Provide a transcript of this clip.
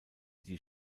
die